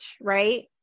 right